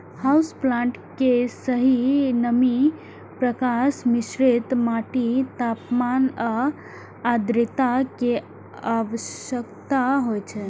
house plant कें सही नमी, प्रकाश, मिश्रित माटि, तापमान आ आद्रता के आवश्यकता होइ छै